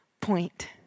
point